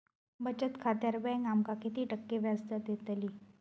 बचत खात्यार बँक आमका किती टक्के व्याजदर देतली?